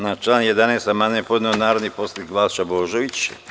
Na član 11. amandman je podneo narodni poslanik Balša Božović.